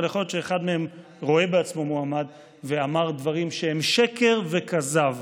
אבל יכול להיות שאחד מהם רואה את עצמו כמועמד ואמר דברים שהם שקר וכזב.